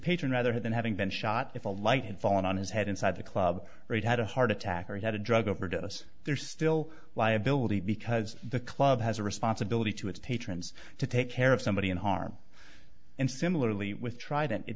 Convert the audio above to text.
patron rather than having been shot if a light had fallen on his head inside the club right had a heart attack or he had a drug overdose there's still liability because the club has a responsibility to its patrons to take care of somebody in harm and similarly with trident it